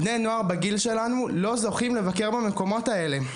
בני נוער בגיל שלנו לא זוכים לבקר במקומות האלה.